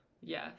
Yes